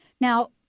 Now